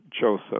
Joseph